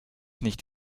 nicht